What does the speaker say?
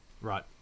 Right